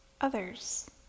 Others